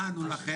מה ענו לכם,